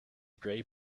gray